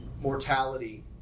mortality